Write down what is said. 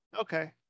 Okay